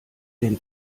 den